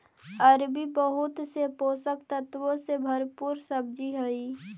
अरबी बहुत से पोषक तत्वों से भरपूर सब्जी हई